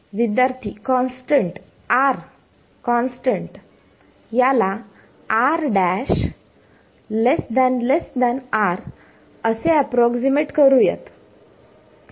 विद्यार्थी constant r constant याला r′ r असे अप्रॉक्सीमेट करूया